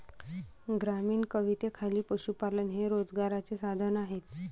ग्रामीण कवितेखाली पशुपालन हे रोजगाराचे साधन आहे